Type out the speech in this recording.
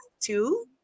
two